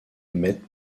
mettent